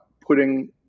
putting